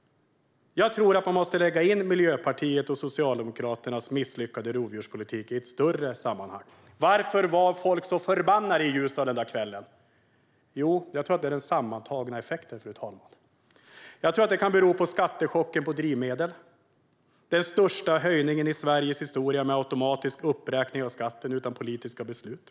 Jag tror att man måste sätta in Miljöpartiets och Socialdemokraternas misslyckade rovdjurspolitik i ett större sammanhang. Varför var folk så förbannade i Ljusdal den där kvällen? Jo, jag tror att det är den sammantagna effekten. Jag tror att det beror på skattechocken på drivmedel. Det är den största höjningen i Sveriges historia med automatisk uppräkning av skatten utan politiska beslut.